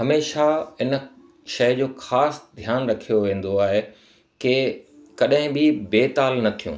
हमेशह हिन शइ जो ख़ासि ध्यानु रखियो वेंदो आहे कि कॾहिं बि बेताल न थियूं